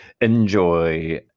Enjoy